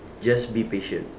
just be patient